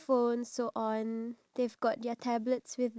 (uh huh) and also the